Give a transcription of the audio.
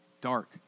dark